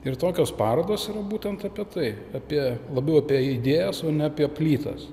ir tokios parodos yra būtent apie tai apie labiau apie idėjas o ne apie plytas